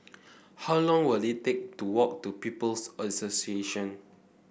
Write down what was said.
how long will it take to walk to People's Association